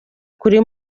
kuri